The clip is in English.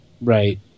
Right